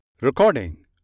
Recording